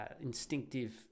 instinctive